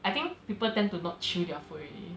I think people tend to not chew their food already